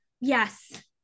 Yes